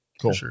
Cool